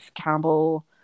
Campbell